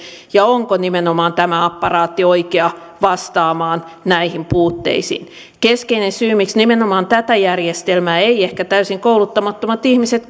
ja onko nimenomaan tämä aparaatti oikea vastaamaan näihin puutteisiin keskeinen syy miksi nimenomaan tätä järjestelmää eivät ehkä täysin kouluttamattomat ihmiset